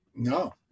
No